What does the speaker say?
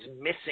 missing